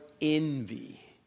envy